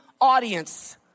audience